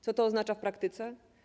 Co to oznacza w praktyce?